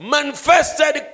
Manifested